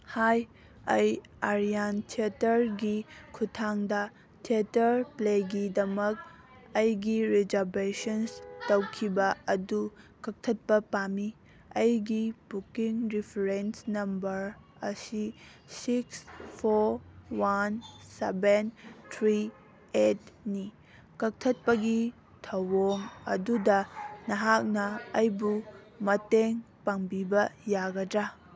ꯍꯥꯏ ꯑꯩ ꯑꯥꯔꯤꯌꯥꯟ ꯊꯦꯇꯔꯒꯤ ꯈꯨꯊꯥꯡꯗ ꯊꯦꯇꯔ ꯄ꯭ꯂꯦꯒꯤꯗꯃꯛ ꯑꯩꯒꯤ ꯔꯤꯖꯥꯞꯕꯦꯁꯟ ꯇꯧꯈꯤꯕ ꯑꯗꯨ ꯀꯛꯊꯠꯄ ꯄꯥꯝꯃꯤ ꯑꯩꯒꯤ ꯕꯨꯛꯀꯤꯡ ꯔꯤꯐꯔꯦꯟꯁ ꯅꯝꯕꯔ ꯑꯁꯤ six four one seven three ꯑꯦꯠꯅꯤ ꯛꯛꯊꯠꯄꯒꯤ ꯊꯧꯑꯣꯡ ꯑꯗꯨꯗ ꯅꯍꯥꯛꯅ ꯑꯩꯕꯨ ꯃꯇꯦꯡ ꯄꯥꯡꯕꯤꯕ ꯌꯥꯒꯗ꯭ꯔꯥ